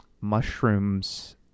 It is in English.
mushrooms